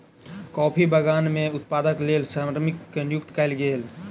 coffee बगान में उत्पादनक लेल श्रमिक के नियुक्ति कयल गेल